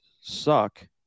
suck